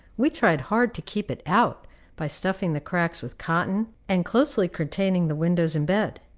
we tried hard to keep it out by stuffing the cracks with cotton, and closely curtaining the windows and bed.